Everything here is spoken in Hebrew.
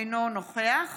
אינו נוכח